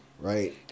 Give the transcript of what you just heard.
Right